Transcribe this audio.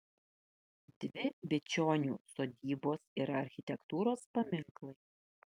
dvi bičionių sodybos yra architektūros paminklai